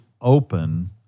open